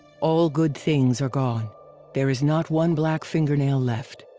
all good things are gone there is not one black fingernail left.